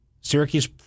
Syracuse